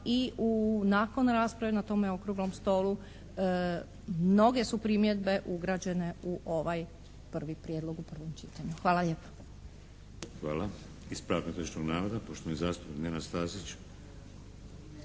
i nakon rasprave na tome Okruglome stolu mnoge su primjedbe ugrađene u ovaj prvi prijedlog u prvome čitanju. Hvala lijepa. **Šeks, Vladimir (HDZ)** Hvala. Ispravak netočnog navoda, poštovani zastupnik Nenad Stazić.